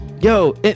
yo